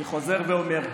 אני חוזר ואומר,